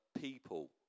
people